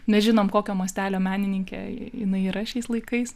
nežinom kokio mastelio menininkė jinai yra šiais laikais